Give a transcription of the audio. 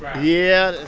yeah,